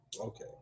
okay